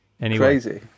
Crazy